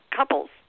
couples